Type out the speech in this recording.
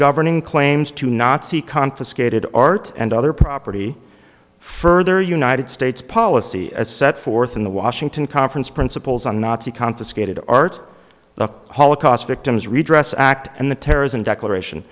governing claims to nazi confiscated art and other property further united states policy as set forth in the washington conference principles on nazi confiscated art the holocaust victims redress act and the terrorism declaration